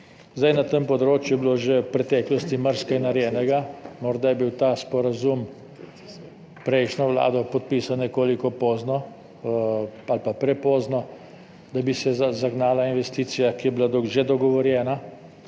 Na tem področju je bilo že v preteklosti marsikaj narejenega, morda je bil ta sporazum s prejšnjo vlado podpisan nekoliko pozno ali pa prepozno, da bi se zagnala investicija, ki je bila že dogovorjena.